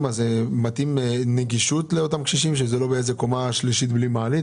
שאלתם אותי על מעלית?